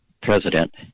president